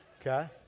okay